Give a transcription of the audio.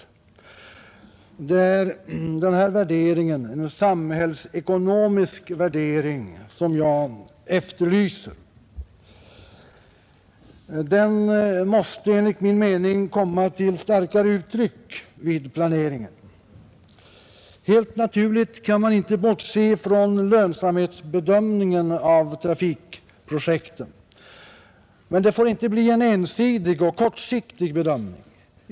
Det är en samhällsekonomisk värdering som jag efterlyser. Den måste enligt min mening komma till starkare uttryck vid planeringen. Helt naturligt kan man inte bortse från lönsamhetsbedömningen av trafikprojekten, men det får inte bli en ensidig och kortsiktig bedömning.